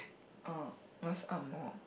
uh what's angmoh